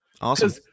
Awesome